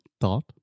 Thought